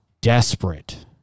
desperate